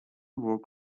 work